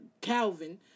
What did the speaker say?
Calvin